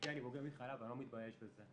אני בוגר מכללה, ואני לא מתבייש בזה.